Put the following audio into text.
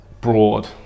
broad